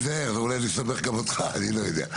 תיזהר, זה אולי יסבך גם אותך, אני לא יודע.